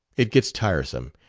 it gets tiresome,